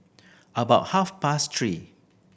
about half past three